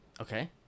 Okay